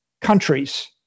countries